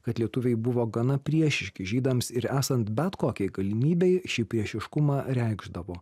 kad lietuviai buvo gana priešiški žydams ir esant bet kokiai galimybei šį priešiškumą reikšdavo